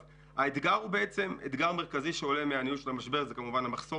האתגר המרכזי שעולה מניהול המשבר הזה הוא כמובן המחסור